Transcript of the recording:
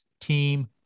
team